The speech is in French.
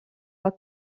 pas